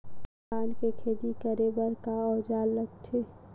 धान के खेती करे बर का औजार लगथे?